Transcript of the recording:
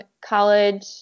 college